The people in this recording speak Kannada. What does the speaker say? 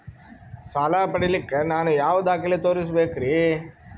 ಸಾಲ ಪಡಿಲಿಕ್ಕ ನಾನು ಯಾವ ದಾಖಲೆ ತೋರಿಸಬೇಕರಿ?